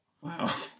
Wow